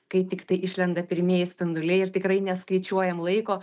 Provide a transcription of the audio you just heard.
kai tiktai išlenda pirmieji spinduliai ir tikrai neskaičiuojam laiko